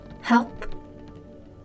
Help